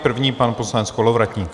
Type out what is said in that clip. První pan poslanec Kolovratník.